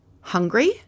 hungry